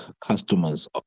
customers